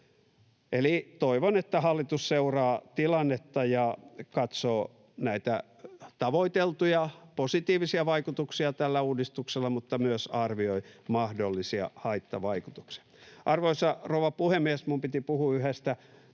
Eli toivon, että hallitus seuraa tilannetta ja katsoo näitä tavoiteltuja positiivisia vaikutuksia tällä uudistuksella mutta myös arvioi mahdollisia haittavaikutuksia. Arvoisa rouva puhemies! Minun piti puhua yhdestä